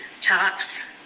tops